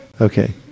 Okay